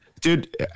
Dude